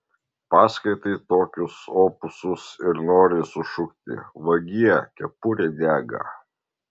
paskaitai tokius opusus ir nori sušukti vagie kepurė dega